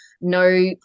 no